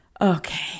Okay